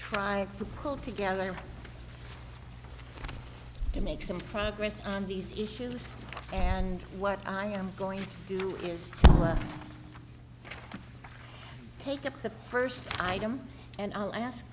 trying to pull together to make some progress on these issues and what i am going to do is take up the first item and i'll ask